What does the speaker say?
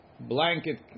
blanket